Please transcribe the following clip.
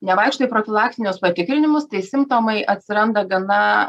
nevaikšto į profilaktinius patikrinimus tai simptomai atsiranda gana